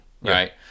right